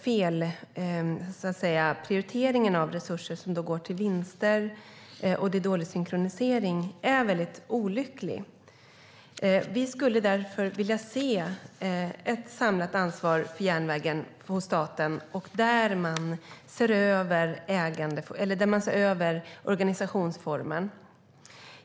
Felprioriteringen av resurser som i stället går till vinster och den dåliga synkroniseringen är väldigt olycklig. Vi skulle därför vilja se ett samlat ansvar för järnvägen hos staten, där man ser över organisationsformen.